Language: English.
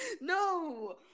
no